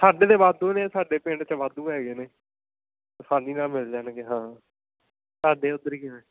ਸਾਡੇ ਤਾਂ ਵਾਧੂ ਨੇ ਸਾਡੇ ਪਿੰਡ 'ਚ ਵਾਧੂ ਹੈਗੇ ਨੇ ਆਸਾਨੀ ਨਾਲ ਮਿਲ ਜਾਣਗੇ ਹਾਂ ਸਾਡੇ ਉੱਧਰ ਹੀ